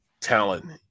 talent